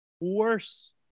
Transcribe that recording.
Worse